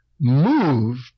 moved